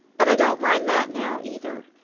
but i don't mind that now, either.